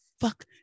fuck